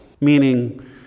meaning